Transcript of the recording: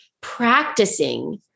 practicing